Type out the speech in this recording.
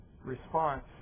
response